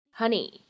honey